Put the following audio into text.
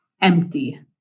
empty